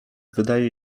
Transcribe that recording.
wydaje